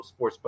Sportsbook